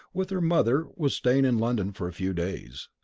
with her mother, was staying in london for a few days.